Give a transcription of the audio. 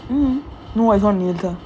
mm no oh my god